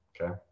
Okay